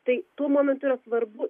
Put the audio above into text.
tai tuo momentu yra svarbu